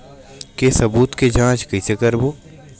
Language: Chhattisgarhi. के सबूत के जांच कइसे करबो?